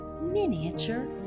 miniature